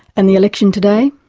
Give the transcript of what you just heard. and the election today?